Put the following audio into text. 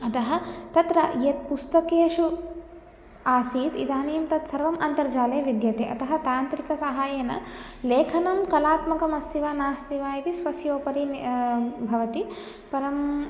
अतः तत्र यत् पुस्तकेषु आसीत् इदानीं तत्सर्वम् अन्तर्जाले विद्यते अतः तान्त्रिकसहायेन लेखनं कलात्मकम् अस्ति वा नास्ति वा इति स्वस्य उपरि न भवति परं